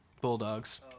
bulldogs